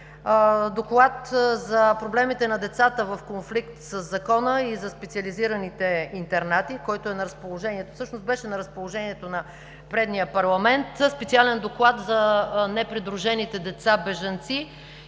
Доклад за проблемите на децата в конфликт със закона и за специализираните интернати, който беше на разположение на предния парламент, специален Доклад за непридружените деца бежанци